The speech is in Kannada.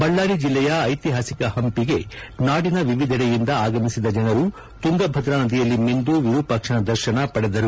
ಬಳ್ದಾರಿ ಜಿಲ್ಲೆಯ ಐತಿಹಾಸಿಕ ಹಂಪಿಗೆ ನಾಡಿನ ವಿವಿದೆಡೆಯಿಂದ ಆಗಮಿಸಿದ ಜನರು ತುಂಗಭದ್ರ ನದಿಯಲ್ಲಿ ಮಿಂದು ವಿರೂಪಾಕ್ಷನ ದರ್ಶನ ಪಡೆದರು